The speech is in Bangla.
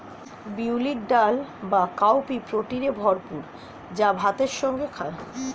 বিউলির ডাল বা কাউপি প্রোটিনে ভরপুর যা ভাতের সাথে খায়